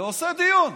ועושה דיון,